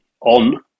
on